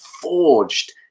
forged